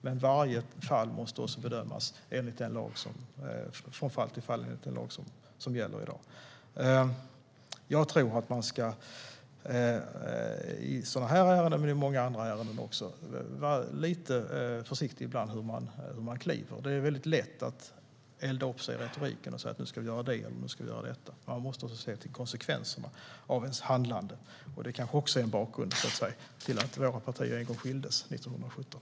Men det måste bedömas från fall till fall enligt den lag som gäller i dag. Jag tror att man i sådana här ärenden och i många andra ärenden ibland ska vara lite försiktig med hur man kliver. Det är väldigt lätt att elda upp sig i retoriken och säga: Nu ska vi göra det, och nu ska vi göra detta. Man måste också se till konsekvenserna av ens handlande. Detta kanske är en bakgrund till att våra partier skildes åt 1917.